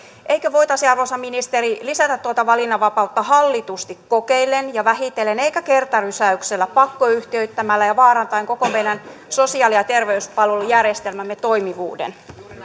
eikö voitaisi arvoisa ministeri lisätä tuota valinnanvapautta hallitusti kokeillen ja vähitellen eikä kertarysäyksellä pakkoyhtiöittämällä ja vaarantaen koko meidän sosiaali ja terveyspalvelujärjestelmämme toimivuuden